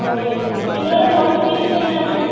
okay നിങ്ങളുടെ qualification എങ്ങനെ ആണ്